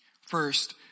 First